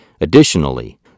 Additionally